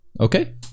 Okay